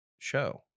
show